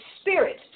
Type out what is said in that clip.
Spirit